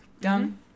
Done